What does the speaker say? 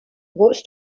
was